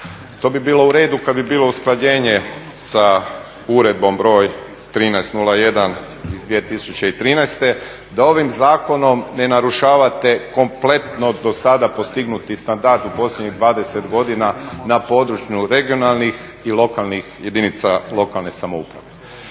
to bi bilo uredu kada bi bilo usklađenje sa uredbom br. 1301/2013.da ovim zakonom ne narušavate kompletno do sada postignuti standard u posljednjih 20 godina na području regionalnih i lokalnih jedinica lokalne samouprave.